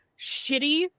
shitty